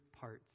parts